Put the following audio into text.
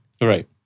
Right